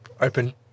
open